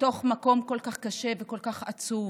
לתוך מקום כל כך קשה וכל כך עצוב,